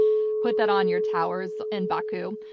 put that on your towers in baku.